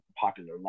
popular